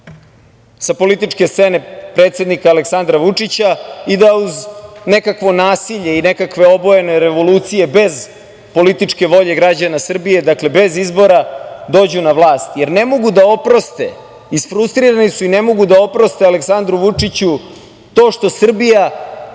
sa političke scene predsednika Aleksandra Vučića i da uz nekakvo nasilje i nekakve obojene revolucije, bez političke volje građana Srbije, dakle, bez izbora, dođu na vlast, jer ne mogu da oproste, isfrustrirani su, i ne mogu da oproste Aleksandru Vučiću to što Srbija